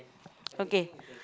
okay